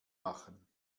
machen